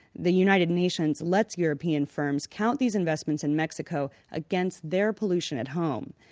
the united nations lets european firms count these investments in mexico against their pollution at home.